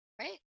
Right